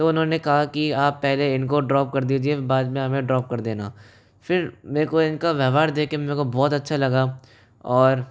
तो उन्होंने कहां कि आप पहले इनको ड्रॉप कर दीजिए बाद में हमें ड्रॉप कर देना फिर मेरे को इनका व्यवहार देख के मेरे को बहुत अच्छा लगा और